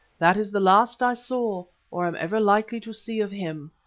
that was the last i saw, or am ever likely to see, of him.